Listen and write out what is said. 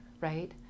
right